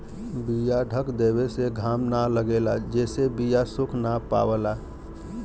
बीया ढक देवे से घाम न लगेला जेसे बीया सुख ना पावला